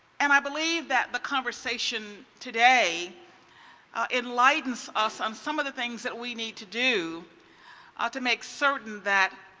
and i believe that the conversation today enlightens us on some of the things that we need to do ah to make certain that